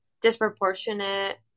disproportionate